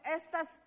estas